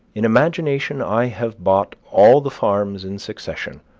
in imagination i have bought all the farms in succession,